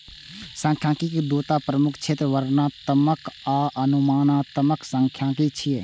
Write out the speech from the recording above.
सांख्यिकी के दूटा प्रमुख क्षेत्र वर्णनात्मक आ अनुमानात्मक सांख्यिकी छियै